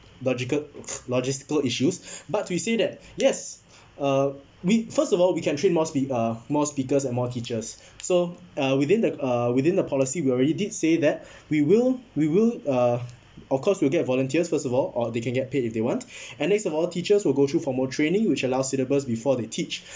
logical logistical issues but we say that yes uh we first of all we can train more spea~ uh more speakers and teachers so uh within the uh within the policy we already did say that we will we will uh of course we'll get volunteers first of all or they can get paid if they want and next of all teachers will go through formal training which allows syllabus before they teach